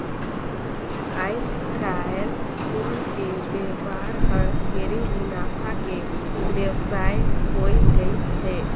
आयज कायल फूल के बेपार हर ढेरे मुनाफा के बेवसाय होवे गईस हे